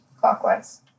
clockwise